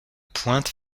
pointe